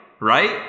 Right